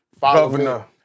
Governor